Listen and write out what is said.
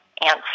answer